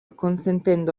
consentendo